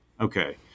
Okay